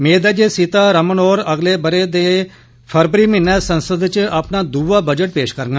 मेद ऐ जे सीतारमण होर अगले बरे दे फरवरी म्हीने संसद च अपना दुआ बजट पेश करगंन